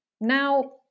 Now